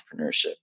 entrepreneurship